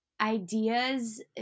ideas